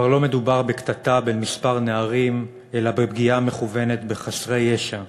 כבר לא מדובר בקטטה בין כמה נערים אלא בפגיעה מכוונת בחסרי ישע,